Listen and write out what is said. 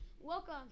welcome